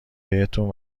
بهتون